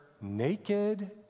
naked